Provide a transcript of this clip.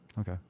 Okay